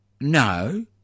No